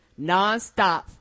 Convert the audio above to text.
nonstop